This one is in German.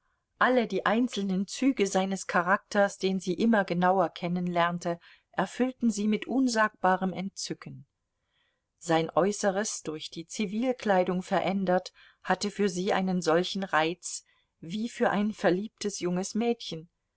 alle die einzelnen züge seines charakters den sie immer genauer kennenlernte erfüllten sie mit unsagbarem entzücken sein äußeres durch die zivilkleidung verändert hatte für sie einen solchen reiz wie für ein verliebtes junges mädchen